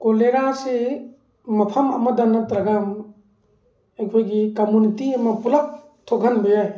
ꯀꯣꯂꯦꯔꯥꯁꯤ ꯃꯐꯝ ꯑꯃꯗ ꯅꯠꯇ꯭ꯔꯒ ꯑꯩꯈꯣꯏꯒꯤ ꯀꯃꯨꯅꯤꯇꯤ ꯑꯃ ꯄꯨꯂꯞ ꯊꯣꯛꯍꯟꯕ ꯌꯥꯏ